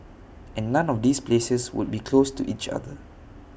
and none of these places would be close to each other